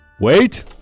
Wait